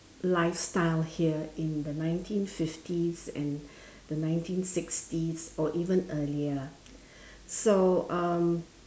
lifestyle here in the nineteen fifties and the nineteen sixties or even earlier so um